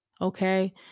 okay